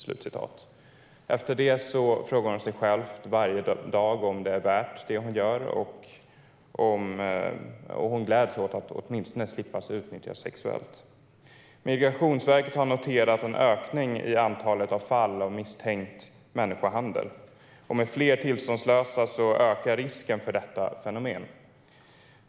Vidare frågar hon sig själv varje dag om det är värt det, och hon gläds åt att åtminstone slippa utnyttjas sexuellt. Migrationsverket har noterat en ökning i antalet fall av misstänkt människohandel. Med fler tillståndslösa ökar risken för detta fenomen.